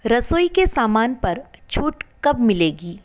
रसोई के सामान पर छूट कब मिलेगी